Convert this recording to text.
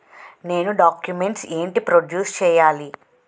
నేను డాక్యుమెంట్స్ ఏంటి ప్రొడ్యూస్ చెయ్యాలి?